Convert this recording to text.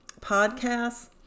podcasts